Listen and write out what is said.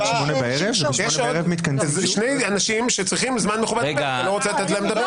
שני אנשים שצריכים זמן מכובד לדבר.